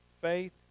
faith